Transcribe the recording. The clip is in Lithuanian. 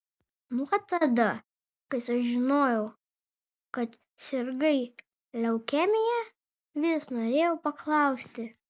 nuo tada kai sužinojau kad sirgai leukemija vis norėjau paklausti